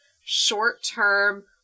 short-term